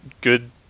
good